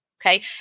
Okay